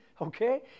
okay